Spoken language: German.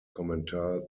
kommentar